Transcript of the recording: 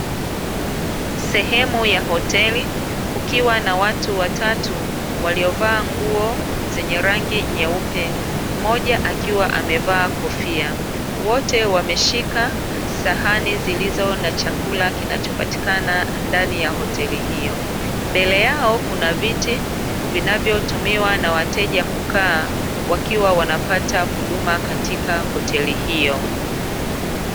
Sehemu ya hoteli, kukiwa na watu watatu waliovaa nguo zenye rangi nyeupe, mmoja akiwa amevaa kofia, wote wameshika sahani zilizo na chakula kinachopatikana ndani ya hoteli hiyo. Mbele yao kuna viti vinavyotumiwa na wateja kukaa wakiwa wanapata huduma katika hoteli hiyo.